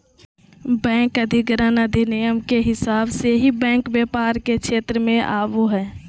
bank अधिग्रहण अधिनियम के हिसाब से ही बैंक व्यापार के क्षेत्र मे आवो हय